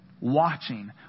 watching